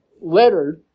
letter